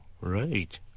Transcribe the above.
right